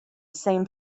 same